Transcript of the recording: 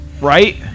right